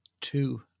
two